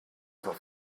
zur